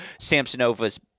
Samsonova's